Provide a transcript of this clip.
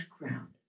background